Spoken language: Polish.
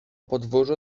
podwórzu